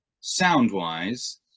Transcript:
sound-wise